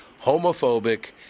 homophobic